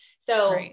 So-